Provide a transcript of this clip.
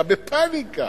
אתה בפניקה.